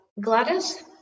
gladys